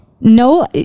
No